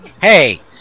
Hey